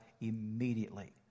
immediately